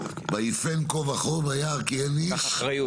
"וַיִּפֶן כֹּה וָכֹה וַיַּרְא כִּי אֵין אִישׁ".